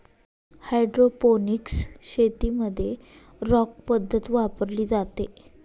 hydroponics शेतीमध्ये rock पद्धत वापरली जाते